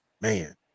man